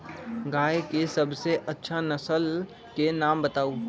गाय के सबसे अच्छा नसल के नाम बताऊ?